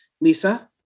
Lisa